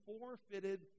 forfeited